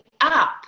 up